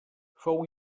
fou